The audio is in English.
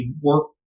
work